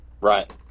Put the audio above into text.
Right